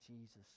Jesus